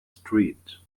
street